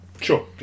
Sure